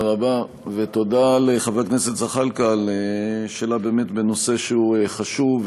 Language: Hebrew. ותודה לחבר הכנסת זחאלקה על שאלה באמת בנושא שהוא חשוב,